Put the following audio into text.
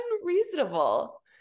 unreasonable